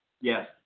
Yes